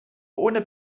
ohne